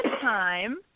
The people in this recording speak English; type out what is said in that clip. time